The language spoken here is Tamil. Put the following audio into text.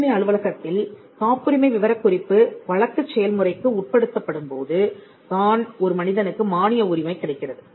காப்புரிமை அலுவலகத்தில் காப்புரிமை விவரக்குறிப்பு வழக்குச் செயல்முறைக்கு உட்படுத்தப்படும்போது தான் ஒரு மனிதனுக்கு மானிய உரிமை கிடைக்கிறது